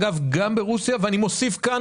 אגב גם ברוסיה ואני מוסיף כאן,